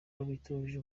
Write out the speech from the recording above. bitujuje